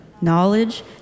knowledge